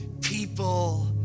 people